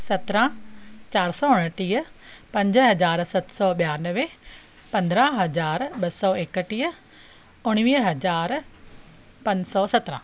सत्रहं चारि सौ उणटीह पंज हज़ार सत सौ ॿियानवे पंद्रहं हज़ार ॿ सौ एकटीह उणिवीह हज़ार पंज सौ सत्रहं